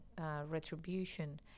retribution